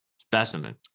Specimen